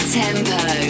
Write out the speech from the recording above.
tempo